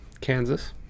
Kansas